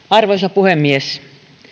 arvoisa puhemies